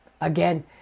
Again